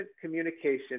communication